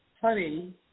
honey